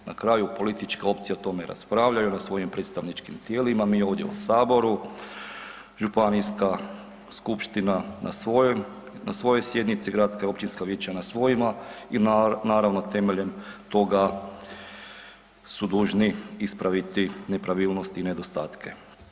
Na kraju političke opcije o tome raspravljaju na svojim predstavničkim tijelima, mi ovdje u Saboru, Županijska skupština na svojoj sjednici, Gradska i Općinska vijeća na svojima, i naravno temeljem tog su dužni ispraviti nepravilnosti i nedostatke.